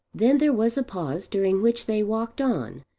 then there was a pause during which they walked on,